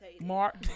Mark